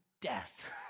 death